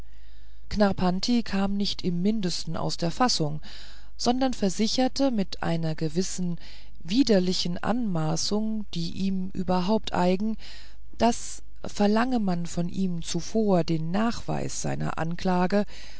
knarrpanti kam nicht im mindesten aus der fassung sondern versicherte mit einer gewissen widerlichen anmaßung die ihm überhaupt eigen daß verlange man von ihm zuvor den nachweis seiner anklage